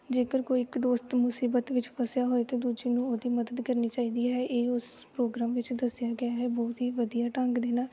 ਜੇਕਰ ਕੋਈ ਇੱਕ ਦੋਸਤ ਮੁਸੀਬਤ ਵਿੱਚ ਫਸਿਆ ਹੋਵੇ ਤਾਂ ਦੂਜੇ ਨੂੰ ਉਹਦੀ ਮਦਦ ਕਰਨੀ ਚਾਹੀਦੀ ਹੈ ਇਹ ਉਸ ਪ੍ਰੋਗਰਾਮ ਵਿੱਚ ਦੱਸਿਆ ਗਿਆ ਹੈ ਬਹੁਤ ਹੀ ਵਧੀਆ ਢੰਗ ਦੇ ਨਾਲ